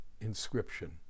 inscription